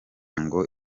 ngo